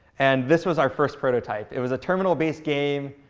and this was our first prototype. it was a terminal-based game,